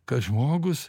kad žmogus